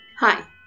Hi